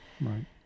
Right